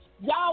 y'all